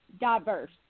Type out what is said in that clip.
diverse